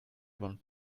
one